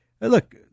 look